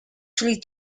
three